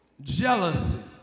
jealousy